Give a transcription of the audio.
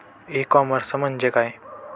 E commerce म्हणजे काय?